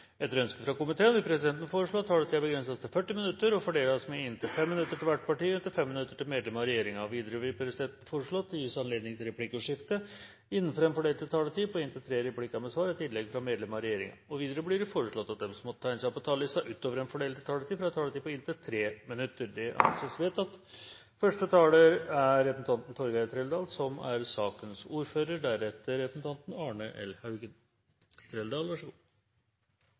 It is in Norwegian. inntil 5 minutter til hvert parti og inntil 5 minutter til medlem av regjeringen. Videre vil presidenten foreslå at det gis anledning til replikkordskifte på inntil tre replikker med svar etter innlegg fra medlem av regjeringen innenfor den fordelte taletid. Videre blir det foreslått at de som måtte tegne seg på talerlisten utover den fordelte taletid, får en taletid på inntil 3 minutter. – Det anses vedtatt. Jeg vil vise til forhandlingene om reindriftsavtalen, som gjennomføres med basis i gjeldende mål og retningslinjer for reindriftspolitikken som er